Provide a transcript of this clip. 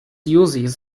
uses